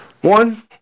One